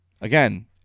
again